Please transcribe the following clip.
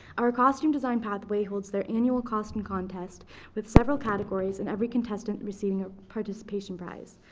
our costume design pathway holds their annual costume contest with several categories, and every contestant receiving a participation prize.